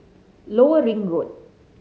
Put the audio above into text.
Lower Ring Road